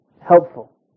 helpful